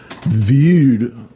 viewed